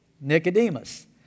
Nicodemus